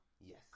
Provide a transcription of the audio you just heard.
Yes